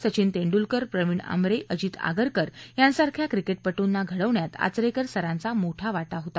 सचिन तेंडुलकर प्रविण आमरे अजित आगरकर यासारख्या क्रिकेटपटूना घडवण्यात आचरेकर सरांचा मोठा वाटा होता